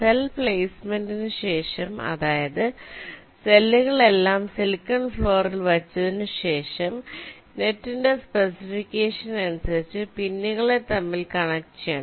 cell placement നു ശേഷം അതായത് സെല്ലുകൾ എല്ലാം സിലിക്കൺ ഫ്ലോറിൽ വച്ചതിനു ശേഷം നെറ്റിന്റെ സ്പെസിഫിക്കേഷൻ അനുസരിചു പിന്നുകളെ തമ്മിൽ കണക്ട് ചെയ്യണം